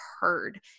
heard